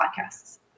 podcasts